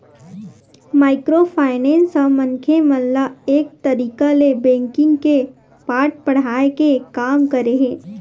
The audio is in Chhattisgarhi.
माइक्रो फायनेंस ह मनखे मन ल एक तरिका ले बेंकिग के पाठ पड़हाय के काम करे हे